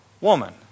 Woman